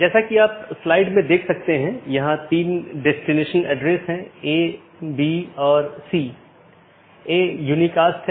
जैसा कि हमने पहले उल्लेख किया है कि विभिन्न प्रकार के BGP पैकेट हैं